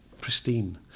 pristine